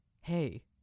Hey